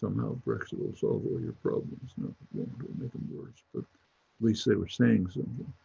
brexit will solve all your problems, not to make them worse, but least they were saying something.